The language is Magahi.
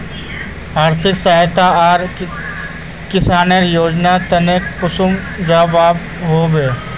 आर्थिक सहायता आर किसानेर योजना तने कुनियाँ जबा होबे?